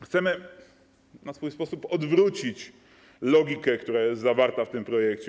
Chcemy na swój sposób odwrócić logikę, która jest zawarta w tym projekcie.